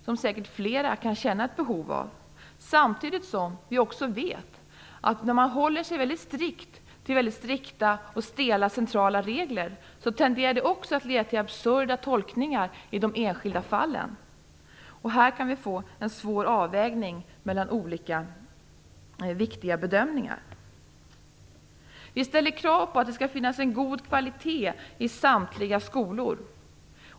Det är säkert flera som känner ett behov av det. Samtidigt vet vi också att när man håller sig strikt till väldigt strikta och stela centrala regler tenderar det att leda till absurda tolkningar i de enskilda fallen. Här kan det bli en svår avvägning mellan olika viktiga bedömningar. Vi ställer krav på att det skall finnas en god kvalitet i samtliga skolor.